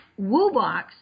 WooBox